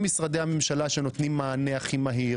הם משרדי הממשלה שנותנים מענה הכי מהיר,